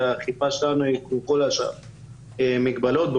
כדי לראות שאנשים שמים מסכות,